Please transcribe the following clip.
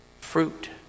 fruit